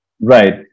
right